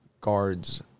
guards